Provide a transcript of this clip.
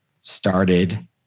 started